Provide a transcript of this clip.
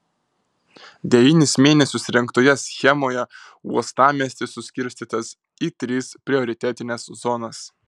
devynis mėnesius rengtoje schemoje uostamiestis suskirstytas į tris prioritetines zonas